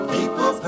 People